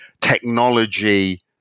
technology